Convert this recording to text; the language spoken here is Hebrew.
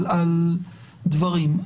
על דברים,